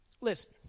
Listen